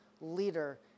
leader